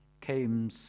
came